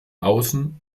außen